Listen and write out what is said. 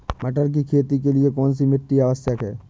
मटर की खेती के लिए कौन सी मिट्टी आवश्यक है?